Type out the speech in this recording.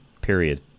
period